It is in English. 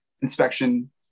Inspection